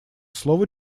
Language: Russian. слово